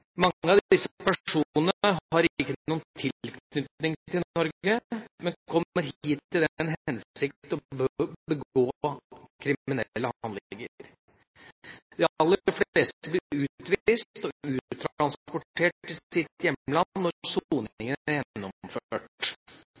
Mange av disse personene har ikke noen tilknytning til Norge, men kommer hit i den hensikt å begå kriminelle handlinger. De aller fleste blir utvist og uttransportert til sitt hjemland når soningen er gjennomført.